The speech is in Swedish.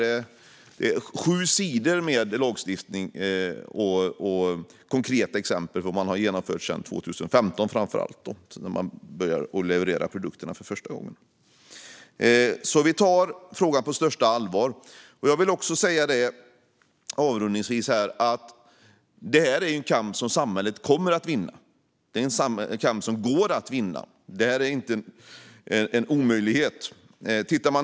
Det är sju sidor med lagstiftning och konkreta exempel på vad man har genomfört, framför allt sedan 2015 då man började leverera produkterna. Vi tar alltså frågan på största allvar. Jag vill också säga att det här är en kamp som samhället kommer att vinna. Det är en kamp som går att vinna. Det är inte en omöjlighet.